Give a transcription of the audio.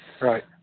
Right